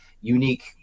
unique